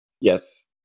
Yes